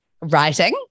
Writing